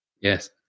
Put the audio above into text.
Yes